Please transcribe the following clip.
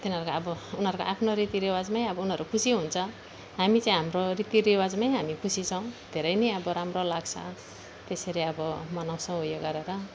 तिनीहरूको अब उनीहरूको आफ्नो रीतिरिवाजमै अब उनीहरू खुसी हुन्छ हामी चाहिँ हाम्रो रीतिरिवाजमै हामी खुसी छौँ धेरै नै अब राम्रो लाग्छ त्यसरी अब मनाउँछौँ यो गरेर